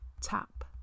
tap